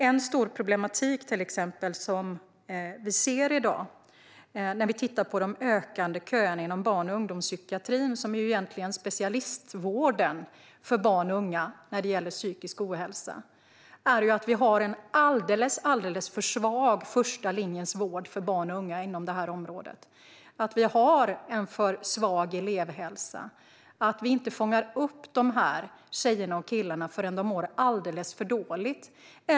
Ett stort problem som vi ser i dag när vi tittar på de ökande köerna inom barn och ungdomspsykiatrin, som egentligen är specialistvården för barn och unga när det gäller psykisk ohälsa, är att vi har en alldeles för svag första linjens vård på detta område. Vi har en för svag elevhälsa och fångar inte upp dessa tjejer och killar förrän de mår alldeles för dåligt.